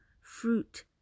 fruit